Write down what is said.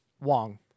Wong